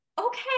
okay